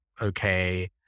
okay